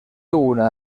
una